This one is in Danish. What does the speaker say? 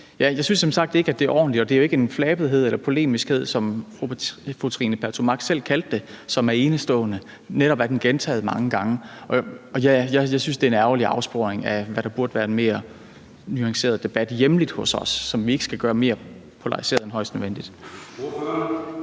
som sagt ikke, at det er ordentligt. Og det er jo ikke en flabethed eller noget polemik, som fru Trine Pertou Mach selv kaldte det, som er enestående; den er netop gentaget mange gange. Jeg synes, det er en ærgerlig afsporing af, hvad der burde være en mere nuanceret hjemlig debat hos os, som vi ikke skal gøre mere polariseret end højst nødvendigt.